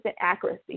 accuracy